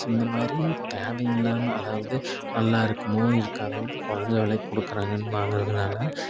so இந்த மாதிரி தேவை இல்லாமல் அதாவது நல்லா இருக்குமோ இருக்காதோ கொறைஞ்ச விலைக்கு கொடுக்குறாங்கன்னு வாங்கறதுனால்